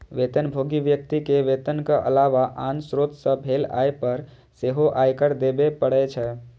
वेतनभोगी व्यक्ति कें वेतनक अलावा आन स्रोत सं भेल आय पर सेहो आयकर देबे पड़ै छै